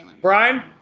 Brian